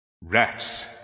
Rats